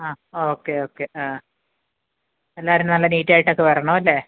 ആ okay okay ആ എല്ലാവരും നല്ല നീറ്റായിട്ടൊക്കെ വരണമല്ലേ